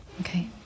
Okay